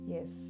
Yes